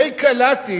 די קלעתי